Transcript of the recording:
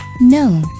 No